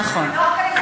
נכון.